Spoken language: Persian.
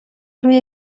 روی